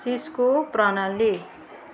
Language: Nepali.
सिस्को प्रणाली